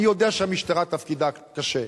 אני יודע שהמשטרה תפקידה קשה,